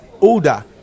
older